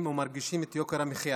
ומרגישים את יוקר המחיה